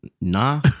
Nah